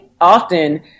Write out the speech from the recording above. often